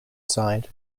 side